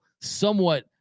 somewhat